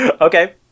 Okay